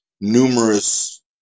numerous